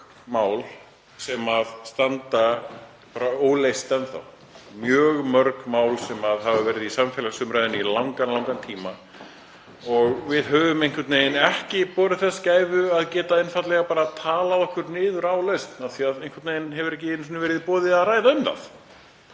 mál sem standa bara óleyst enn þá, mjög mörg mál sem hafa verið í samfélagsumræðunni í langan tíma og við höfum einhvern veginn ekki borið gæfu til þess að geta einfaldlega bara talað okkur niður á lausn af því að einhvern veginn hefur ekki einu sinni verið í boði að ræða um það